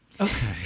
okay